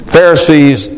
Pharisees